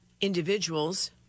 individuals